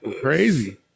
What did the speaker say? crazy